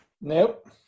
Nope